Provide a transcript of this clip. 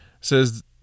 says